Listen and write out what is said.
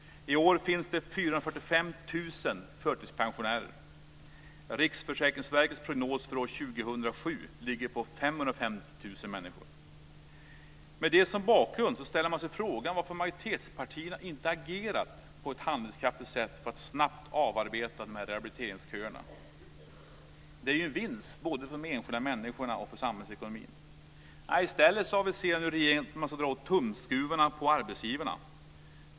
I år finns det 445 000 förtidspensionärer. Riksförsäkringsverkets prognos för år 2007 ligger på 550 000 människor. Med det som bakgrund ställer man sig frågan varför majoritetspartierna inte agerat på ett handlingskraftigt sätt för att snabbt arbeta av de här rehabiliteringsköerna. Det är ju en vinst både för de enskilda människorna och för samhällsekonomin. I stället aviserar nu regeringen att man ska dra åt tumskruvarna på arbetsgivarna.